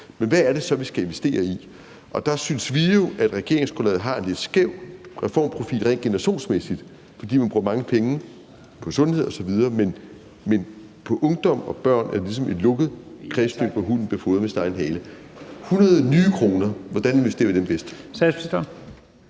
– hvad er det så, vi skal investere i? Der synes vi jo, at regeringsgrundlaget har en lidt skæv reformprofil rent generationsmæssigt, for man bruger mange penge på sundhed osv., men på området ungdom og børn er det ligesom et lukket kredsløb, hvor hunden bliver fodret med sin egen hale. Så 100 nye kroner – hvordan investerer vi dem bedst?